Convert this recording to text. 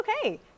okay